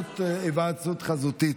היוועדות חזותית.